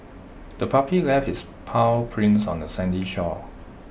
the puppy left its paw prints on the sandy shore